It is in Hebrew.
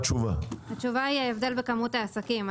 התשובה היא ההבדל בכמות העסקים.